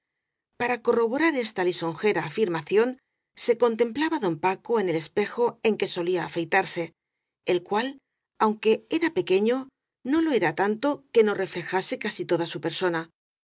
corro borar esta lisonjera afirmación se contemplaba don paco en el espejo en que solía afeitarse el cual aunque era pequeño no lo era tanto que no reflejase casi toda su persona